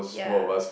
ya